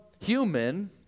human